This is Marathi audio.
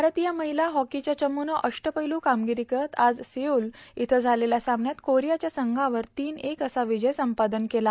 भारतीय महिला हॉकीच्या चमुनं अष्टपैलू कामगिरी करित आज सिउल इथं झालेल्या सामन्यात कोरियाच्या संघावर विजय संपादन केला